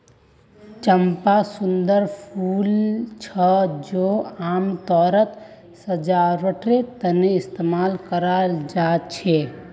चंपा सुंदर फूल छे जे आमतौरत सजावटेर तने इस्तेमाल कराल जा छे